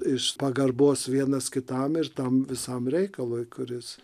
iš pagarbos vienas kitam ir tam visam reikalui kuris